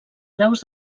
graus